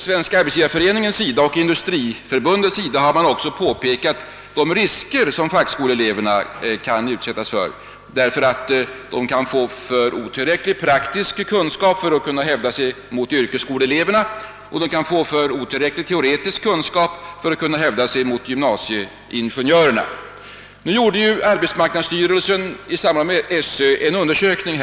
Svenska arbetsgivareföreningen och Industriförbundet har påpekat de risker som =fackskoleeleverna utsättes för, emedan de kan erhålla otillräcklig praktisk kunskap för att hävda sig gentemot yrkesskoleeleverna och otillräcklig teoretisk kunskap för att hävda sig gentemot gymnasieingenjörerna. Arbetsmarknadsstyrelsen gjorde nyligen i samarbete med SÖ en undersökning.